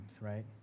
right